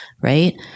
Right